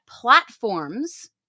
platforms